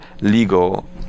legal